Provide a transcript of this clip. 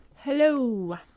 hello